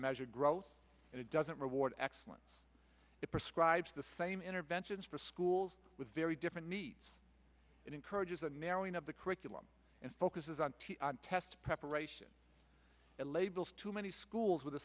measure growth and it doesn't reward excellence it prescribes the same interventions for schools with very different needs and encourages a narrowing of the curriculum and focuses on test preparation and labels too many schools with the